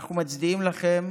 אנחנו מצדיעים לכם